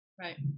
right